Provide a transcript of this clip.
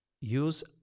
use